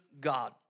God